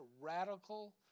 radical